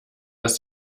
das